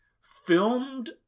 filmed